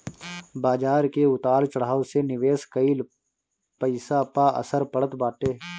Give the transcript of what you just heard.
बाजार के उतार चढ़ाव से निवेश कईल पईसा पअ असर पड़त बाटे